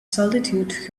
solitude